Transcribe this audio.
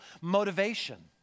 motivation